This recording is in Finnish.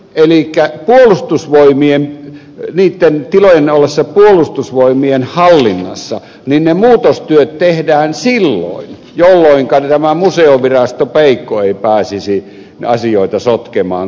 elikkä niitten tilojen ollessa puolustusvoimien hallinnassa ne muutostyöt tehdään silloin jolloinka tämä museovirasto peikko ei pääsisi asioita sotkemaan